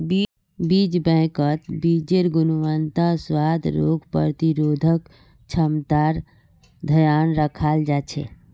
बीज बैंकत बीजेर् गुणवत्ता, स्वाद, रोग प्रतिरोधक क्षमतार ध्यान रखाल जा छे